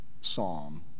Psalm